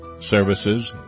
services